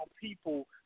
people